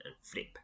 flip